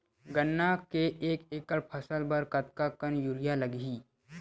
गन्ना के एक एकड़ फसल बर कतका कन यूरिया लगही?